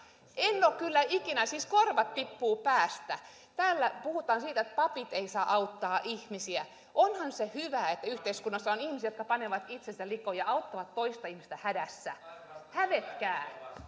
en ole kyllä ikinä siis korvat tippuvat päästä kun täällä puhutaan että papit eivät saa auttaa ihmisiä onhan se hyvä että yhteiskunnassa on ihmisiä jotka panevat itsensä likoon ja auttavat toista ihmistä hädässä hävetkää